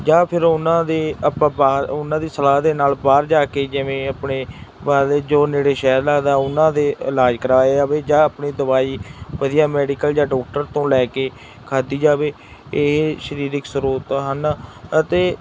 ਜਾਂ ਫਿਰ ਉਹਨਾਂ ਦੇ ਆਪਾਂ ਬਾਹਰ ਉਹਨਾਂ ਦੀ ਸਲਾਹ ਦੇ ਨਾਲ ਬਾਹਰ ਜਾ ਕੇ ਜਿਵੇਂ ਆਪਣੇ ਬਾਹਰਲੇ ਜੋ ਨੇੜੇ ਸ਼ਹਿਰ ਲੱਗਦਾ ਉਹਨਾਂ ਦੇ ਇਲਾਜ ਕਰਾਇਆ ਜਾਵੇ ਜਾਂ ਆਪਣੀ ਦਵਾਈ ਵਧੀਆ ਮੈਡੀਕਲ ਜਾਂ ਡੋਕਟਰ ਤੋਂ ਲੈ ਕੇ ਖਾਧੀ ਜਾਵੇ ਇਹ ਸਰੀਰਕ ਸਰੋਤ ਹਨ ਅਤੇ